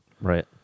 Right